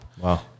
Wow